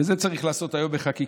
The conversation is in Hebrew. ואת זה צריך לעשות היום בחקיקה,